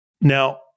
Now